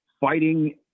fighting